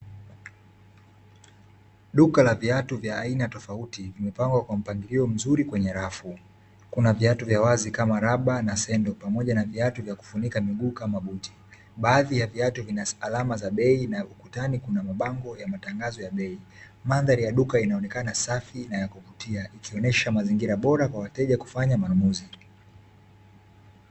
Duka la viatu vya aina tofauti, vimepangwa kwa mpangilio mzuri kwenye rafu. Kuna viatu vya wazi kama raba na sendo pamoja na viatu vya kufunika miguu kama buti. Baadhi ya viatu vina alama za bei na ukutani kuna mabango ya matangazo ya bei. Mandhari ya duka inaonekana safi na ya kuvutia, ikionesha mazingira bora kwa wateja kufanya manunuzi.